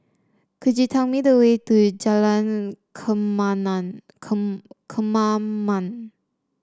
could you tell me the way to Jalan Kemaman